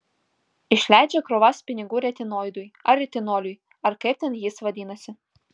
išleidžia krūvas pinigų retinoidui ar retinoliui ar kaip ten jis vadinasi